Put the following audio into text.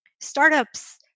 startups